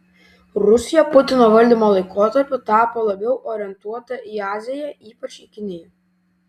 rusija putino valdymo laikotarpiu tapo labiau orientuota į aziją ypač į kiniją